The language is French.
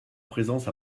présence